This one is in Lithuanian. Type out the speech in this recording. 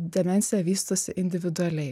demencija vystosi individualiai